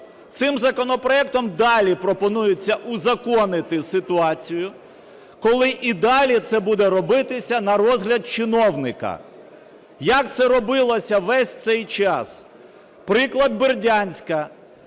Цим законопроектом далі пропонується узаконити ситуацію, коли і далі це буде робитися на розгляд чиновника, як це робилося весь цей час. Приклад Бердянська.